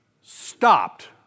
stopped